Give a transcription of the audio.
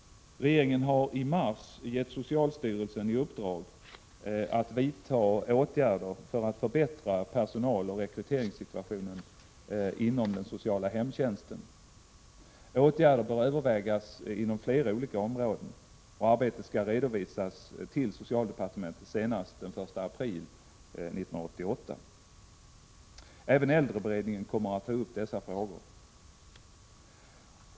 Regeringen gav i mars socialstyrelsen i uppdrag att vidta åtgärder för att förbättra personaloch rekryteringssituationen inom den sociala hemtjänsten. Åtgärder bör övervägas inom flera olika områden, och arbetet skall redovisas till socialdepartementet senast den 1 april 1988. Även äldreberedningen kommer att ta upp dessa frågor.